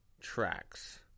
tracks